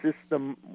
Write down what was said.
system